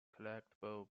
collectible